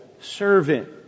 servant